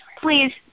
Please